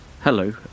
Hello